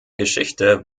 geschichte